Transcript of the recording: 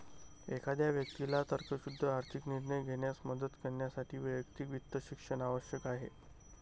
एखाद्या व्यक्तीला तर्कशुद्ध आर्थिक निर्णय घेण्यास मदत करण्यासाठी वैयक्तिक वित्त शिक्षण आवश्यक आहे